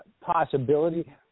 possibility